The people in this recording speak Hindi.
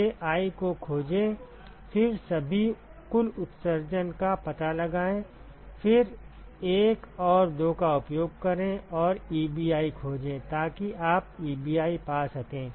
Ji को खोजें फिर सभी कुल उत्सर्जन का पता लगाएं फिर 1 और 2 का उपयोग करें और Ebi खोजें ताकि आप Ebi पा सकें